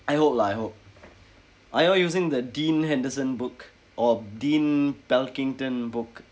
I hope lah I hope are you all using the dean henderson book or dean bell kington book